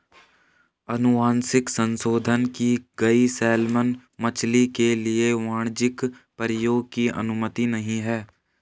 अनुवांशिक संशोधन की गई सैलमन मछली के लिए वाणिज्यिक प्रयोग की अनुमति नहीं है